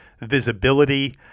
visibility